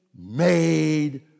made